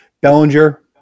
Bellinger